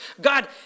God